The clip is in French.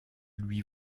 lui